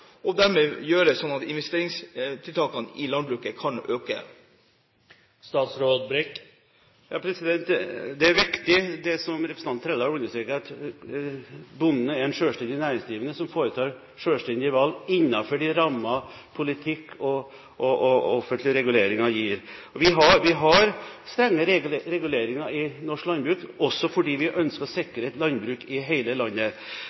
og dermed gjøre at investeringstiltakene i landbruket kan økes? Det representanten Trældal understreker, er viktig. Bonden er en selvstendig næringsdrivende som foretar selvstendige valg innenfor de rammer politikk og offentlige reguleringer gir. Vi har strenge reguleringer i norsk landbruk, også fordi vi ønsker å sikre et landbruk i hele landet.